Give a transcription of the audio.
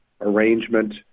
arrangement